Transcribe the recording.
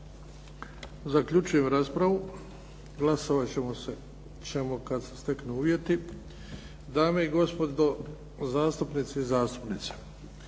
Zaključujem raspravu. Glasovati ćemo kada se steknu uvjeti. Dame i gospodo zastupnice i zastupnici